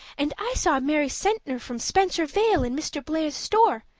and i saw mary sentner from spencer vale in mr. blair's store.